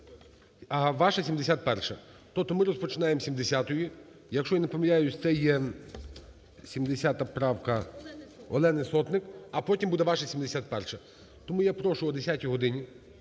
а ваша – 71-а. Тобто ми розпочинаємо із 70-ї, якщо я не помиляюся, це є 70 правка Олени Сотник, а потім буде ваша - 71-а. Тому я прошу о 10 годині